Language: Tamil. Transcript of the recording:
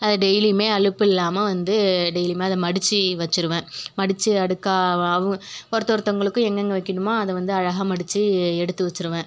டெய்லியுமே அலுப்பில்லாமல் வந்து டெய்லியுமே அதை மடிச்சு வச்சுருவேன் மடிச்சு அடுக்காக ஒருத்தவொருத்தவங்களுக்கும் எங்கெங்கே வைக்கிணுமோ அதை வந்து அழகாக மடிச்சு எடுத்து வச்சுருவேன்